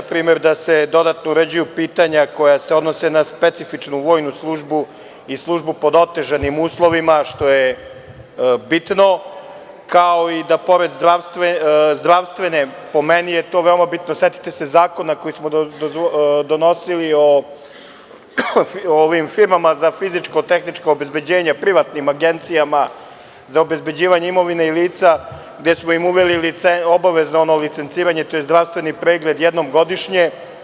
Na primer, da se dodatno uređuju pitanja koja se odnose na specifičnu vojnu službu i službu pod otežanim uslovima, što je bitno, kao i da pored zdravstvene, a to je po meni veoma bitno, setite se zakona koji smo donosili o ovim firmama za fizičko-tehničko obezbeđenje, privatnim agencijama za obezbeđivanje imovine i lica, gde smo im uveli obavezno licenciranje, tj. zdravstveni pregled jednom godišnje.